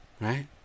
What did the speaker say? Right